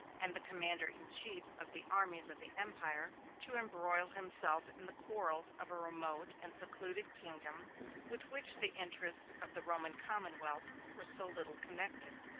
and the commander-in-chief of the armies of the empire, to embroil himself in the quarrels of a remote and secluded kingdom with which the interests of the roman commonwealth were so little connected.